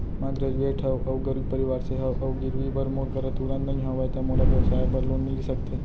मैं ग्रेजुएट हव अऊ गरीब परवार से हव अऊ गिरवी बर मोर करा तुरंत नहीं हवय त मोला व्यवसाय बर लोन मिलिस सकथे?